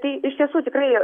tai iš tiesų tikrai